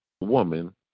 woman